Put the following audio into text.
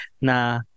na